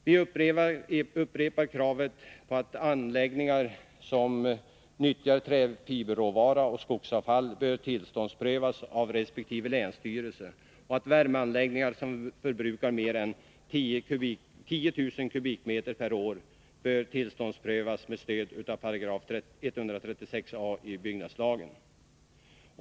Vi upprepar kravet på att anläggningar som nyttjar träfiberråvara och skogsavfall bör tillståndsprövas av resp. länsstyrelse och att värmeanläggningar som förbrukar mer än 10 000 m? per år bör tillståndsprövas med stöd av 136 a § i byggnadslagen.